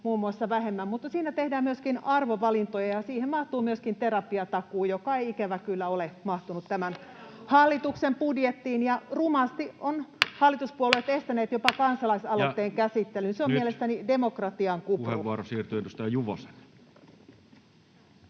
velkaannutaan vähemmän, mutta jossa tehdään myöskin arvovalintoja, ja siihen mahtuu myöskin terapiatakuu, joka ei ikävä kyllä ole mahtunut tämän [Iiris Suomelan välihuuto] hallituksen budjettiin. Ja rumasti ovat hallituspuolueet estäneet jopa kansalaisaloitteen käsittelyn. Se on mielestäni demokratian kupru. Ja nyt puheenvuoro siirtyy edustaja Juvoselle.